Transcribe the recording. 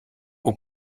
aux